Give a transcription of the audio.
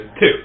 two